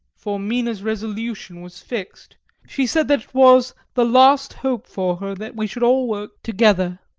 for mina's resolution was fixed she said that it was the last hope for her that we should all work together.